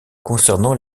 concernant